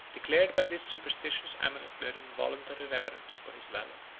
declared by this superstitious amulet their involuntary reverence for his valor.